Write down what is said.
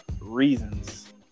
reasons